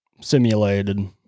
simulated